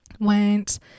Went